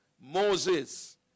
Moses